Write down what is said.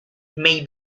may